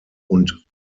und